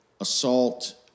assault